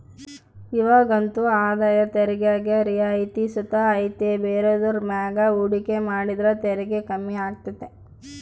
ಇವಾಗಂತೂ ಆದಾಯ ತೆರಿಗ್ಯಾಗ ರಿಯಾಯಿತಿ ಸುತ ಐತೆ ಬೇರೆದುರ್ ಮ್ಯಾಗ ಹೂಡಿಕೆ ಮಾಡಿದ್ರ ತೆರಿಗೆ ಕಮ್ಮಿ ಆಗ್ತತೆ